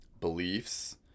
beliefs